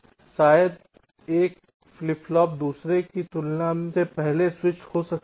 शायद एक flip flop दूसरे की तुलना में पहले स्विचेड हो सकती है